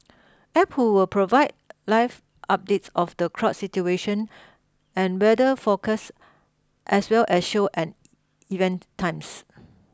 App will provide live updates of the crowd situation and weather forecast as well as show and event times